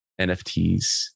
NFTs